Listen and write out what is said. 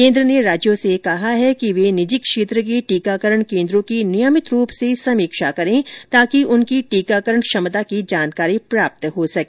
केन्द्र ने राज्यों से कहा है कि वे निजी क्षेत्र के टीकाकरण केंद्रों की नियमित रूप से समीक्षा करें ताकि उनकी टीकाकरण क्षमता की जानकारी प्राप्त हो सके